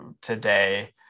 Today